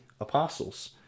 apostles